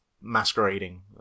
masquerading